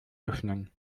öffnen